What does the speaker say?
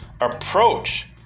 approach